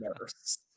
nurse